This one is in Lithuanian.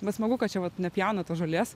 bet smagu kad čia vat nepjauna tos žolės